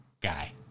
guy